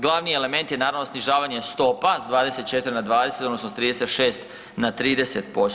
Glavni element je naravno, snižavanje stopa s 24 na 20, odnosno s 36 na 30%